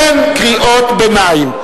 אין קריאות ביניים.